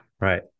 Right